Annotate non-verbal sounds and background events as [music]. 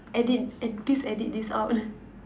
edit please edit this out [laughs]